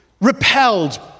repelled